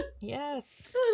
Yes